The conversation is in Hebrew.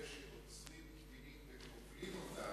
שהוא הגיבור הגדול, ולצערי,